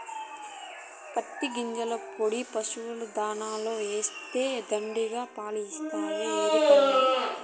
పత్తి గింజల పొడి పసుపు దాణాల ఏస్తే దండిగా పాలిస్తాయి ఎరికనా